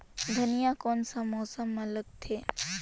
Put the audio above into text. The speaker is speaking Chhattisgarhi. धनिया कोन सा मौसम मां लगथे?